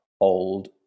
old